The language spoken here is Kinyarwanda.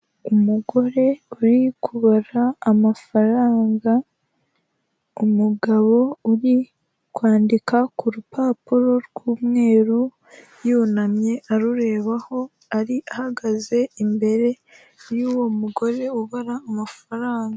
Umugore uri kubara amafaranga, umugabo uri kwandika ku rupapuro rw'umweru yunamye arurebaho ahagaze imbere y'uwo mugore ubara amafaranga.